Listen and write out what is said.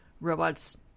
robots